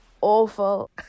awful